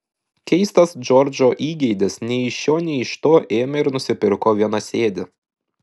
keistas džordžo įgeidis nei iš šio nei iš to ėmė ir nusipirko vienasėdį